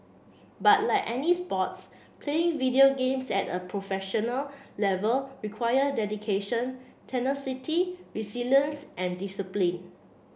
but like any sports playing video games at a professional level require dedication tenacity resilience and discipline